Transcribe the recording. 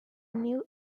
new